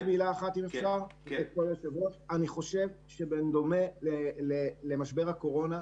אני חושב שבדומה למשבר הקורונה,